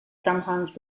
sometimes